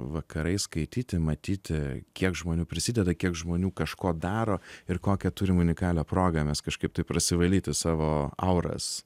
vakarais skaityti matyti kiek žmonių prisideda kiek žmonių kažko daro ir kokią turim unikalią progą mes kažkaip taip prasivalyti savo auras